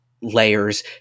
layers